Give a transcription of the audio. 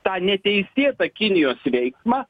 tą neteisėtą kinijos veiksmą